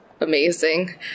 Amazing